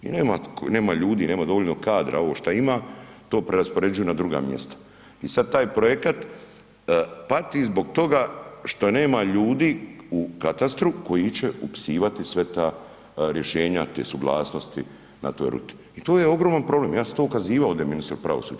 I nema, nema ljudi, nema dovoljno kadra, ovo što ima, to preraspoređuje na druga mjesta i sad taj projekat pati zbog toga što nema ljudi u katastru koji će upisivati sve ta rješenja, te suglasnosti na toj ruti i to je ogroman problem, ja sam to ukazivao ovdje ministru pravosuđa.